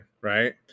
right